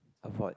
afford